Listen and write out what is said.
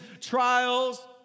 trials